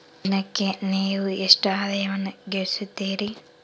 ದಿನಕ್ಕೆ ನೇವು ಎಷ್ಟು ಆದಾಯವನ್ನು ಗಳಿಸುತ್ತೇರಿ?